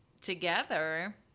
together